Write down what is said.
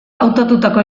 hautatutako